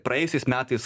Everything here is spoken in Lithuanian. praėjusiais metais